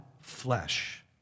flesh